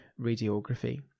radiography